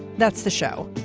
that's the show.